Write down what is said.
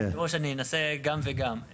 כבוד היושב ראש, אני אנסה גם וגם.